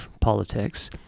politics